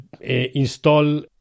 install